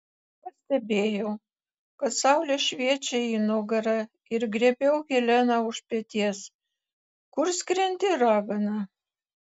pastebėjau kad saulė šviečia į nugarą ir griebiau heleną už peties kur skrendi ragana